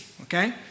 okay